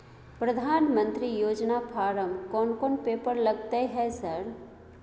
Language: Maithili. प्रधानमंत्री योजना फारम कोन कोन पेपर लगतै है सर?